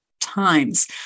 times